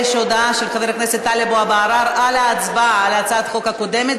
יש הודעה של טלב אבו עראר על ההצבעה על הצעת החוק הקודמת,